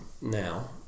now